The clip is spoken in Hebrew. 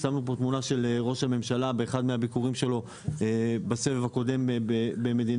שמנו תמונה של ראש הממשלה באחד מהביקורים שלו בסבב הקודם במדינות